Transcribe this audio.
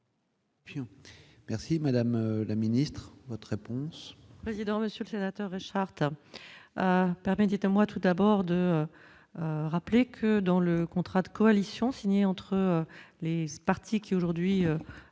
Merci madame la ministre, votre réponse.